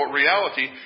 reality